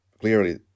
Clearly